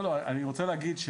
לא, אני רוצה להגיד,